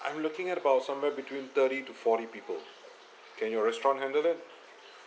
I'm looking at about somewhere between thirty to forty people can your restaurant handle it